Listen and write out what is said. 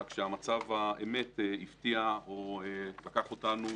רק שמצב האמת הפתיע או לקח אותנו